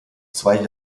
zwei